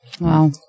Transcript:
Wow